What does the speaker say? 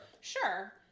Sure